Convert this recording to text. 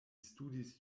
studis